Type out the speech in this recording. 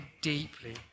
deeply